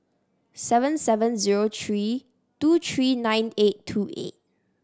seven seven zero three two three nine eight two eight